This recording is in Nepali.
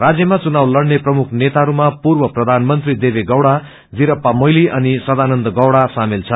राज्यमा चुनाव लड़ने प्रमुख नेताहरूमा पूर्व प्रधानमंत्री देवेगौड़ा सीरप्पा मोइली अनि सदानन्द गौड़ा सामेल छन्